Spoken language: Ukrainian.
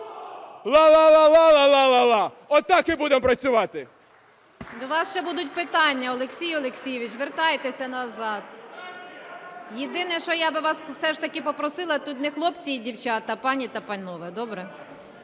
Ла-ла-ла-ла-ла-ла-ла-ла. Отак і будемо працювати! ГОЛОВУЮЧА. До вас ще будуть питання, Олексій Олексійович, вертайтеся назад. Єдине що я би вас все ж таки попросила, тут не хлопці і дівчата, а пані та панове. Добре?